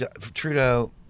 Trudeau